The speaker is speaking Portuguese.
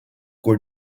cor